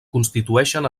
constitueixen